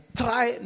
try